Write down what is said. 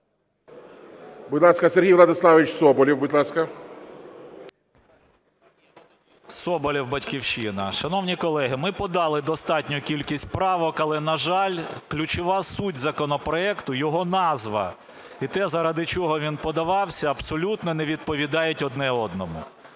Будь ласка, Сергій Владиславович Соболєв. Будь ласка. 15:46:37 СОБОЛЄВ С.В. Соболєв, "Батьківщина". Шановні колеги, ми подали достатню кількість правок, але, на жаль, ключова суть законопроекту, його назва і те, заради чого він подавався, абсолютно не відповідають одне одному.